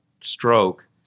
stroke